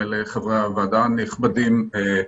ולחברי הוועדה הנכבדים.